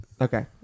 Okay